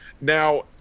Now